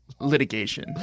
litigation